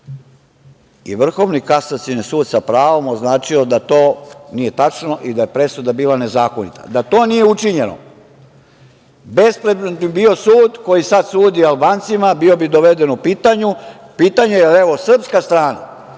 I Vrhovni kasacioni sud je sa pravom označio da to nije tačno i da je presuda bila nezakonita. Da to nije učinjeno, bespredmetan bi bio sud koji sada sudi Albancima, bio bi doveden u pitanje, jer evo srpska strana